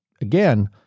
again